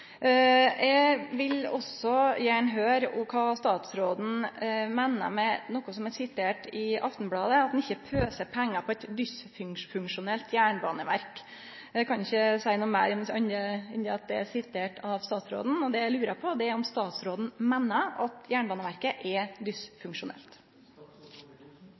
Eg vil òg gjerne høyre kva statsråden meiner med noko som er sitert frå Aftenbladet, at ein ikkje vil pøse pengar inn i eit dysfunksjonelt jernbaneverk. Eg kan ikkje seie noko meir enn at det er sitert statsråden. Det eg lurer på, er om statsråden meiner at Jernbaneverket er dysfunksjonelt.